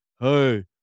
Hey